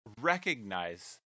recognize